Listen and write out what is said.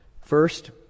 first